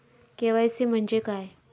KYC म्हणजे काय?